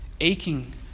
aching